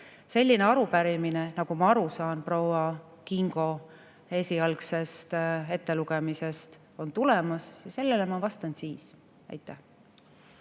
Selline arupärimine, nagu ma aru saan proua Kingo esialgsest ettelugemisest, on tulemas ja sellele ma vastan siis. Aitäh!